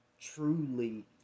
truly